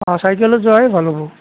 অঁ চাইকেলত যোৱাই ভাল হ'ব